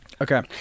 Okay